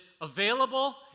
available